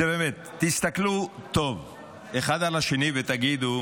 באמת, תסתכלו טוב אחד על השני ותגידו: